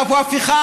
אתה הראשון.